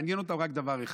מעניין אותם רק דבר אחד: